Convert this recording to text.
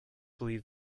believe